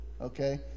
Okay